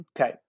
Okay